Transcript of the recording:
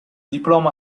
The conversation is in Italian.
diploma